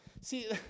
See